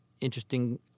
interesting